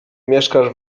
mieszkasz